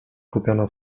kupiono